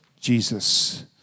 Jesus